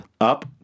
Up